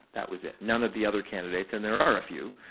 that was it, none of the other candidates and there are a few,